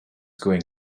going